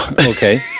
okay